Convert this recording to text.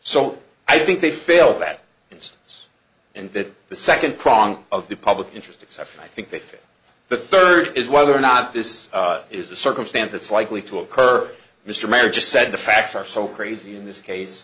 so i think they fail that is us and that the second prong of the public interest except i think that the third is whether or not this is the circumstance it's likely to occur mr mayor just said the facts are so crazy in this case